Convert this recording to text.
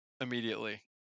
immediately